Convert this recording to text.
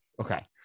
Okay